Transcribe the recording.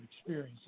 experience